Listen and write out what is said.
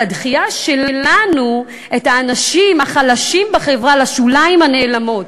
על הדחייה שלנו את האנשים החלשים בחברה לשוליים הנעלמים.